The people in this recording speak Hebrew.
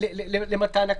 למתן הקנס.